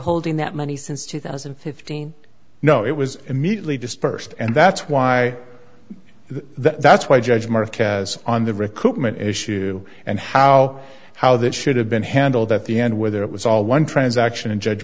holding that money since two thousand and fifteen no it was immediately dispersed and that's why that's why judge mark on the recoupment issue and how how that should have been handled at the end whether it was all one transaction and judge